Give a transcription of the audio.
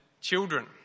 children